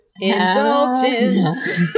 Indulgence